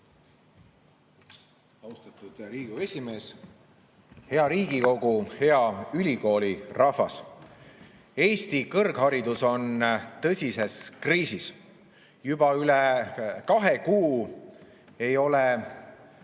Austatud Riigikogu esimees! Hea Riigikogu! Hea ülikoolirahvas! Eesti kõrgharidus on tõsises kriisis. Juba üle kahe kuu ei ole